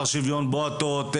בועטות,